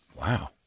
Wow